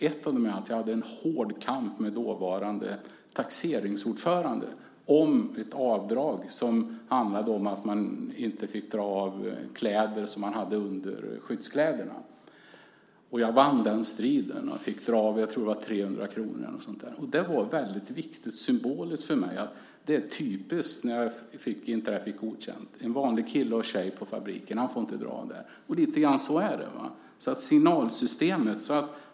Bland annat hade jag en hård kamp med dåvarande taxeringsordföranden ifall man fick dra av för kläder som man hade under skyddskläderna. Jag vann den striden och fick dra av jag tror det var 300 kr. Symboliskt var det väldigt viktigt för mig. När jag inte fick det godkänt tänkte jag att det var typiskt att en vanlig kille eller tjej på fabriken inte skulle få göra avdraget. Det handlar om signalsystemet.